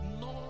no